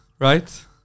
right